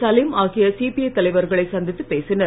சலீம் ஆகிய சிபிஐ தலைவர்களை சந்தித்துப் பேசினர்